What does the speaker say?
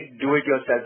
Do-it-yourself